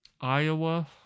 Iowa